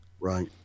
right